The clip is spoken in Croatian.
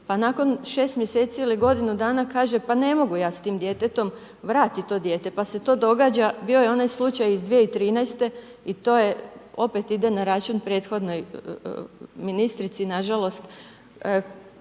pa nakon 6 mj. ili godinu dana kaže p ne mogu ja s tim djetetom, vrati to dijete, pa se to događa, bio je onaj slučaj iz 2013. i to opet ide na račun prethodnoj ministrici nažalost,